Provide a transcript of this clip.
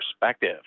perspective